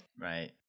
Right